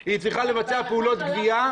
היא צריכה לבצע פעולות גבייה,